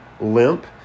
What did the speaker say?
limp